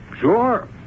Sure